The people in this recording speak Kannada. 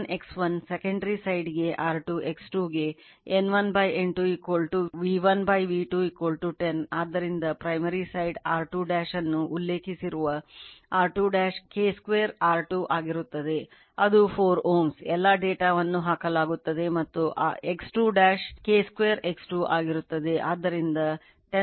Primary side R2 ಅನ್ನು ಉಲ್ಲೇಖಿಸುವ R2 K 2 R2 ಆಗಿರುತ್ತದೆ ಅದು 4 Ω ಎಲ್ಲಾ ಡೇಟಾವನ್ನು ಹಾಕಲಾಗುತ್ತದೆ ಮತ್ತು X2 K 2 X2 ಆಗಿರುತ್ತದೆ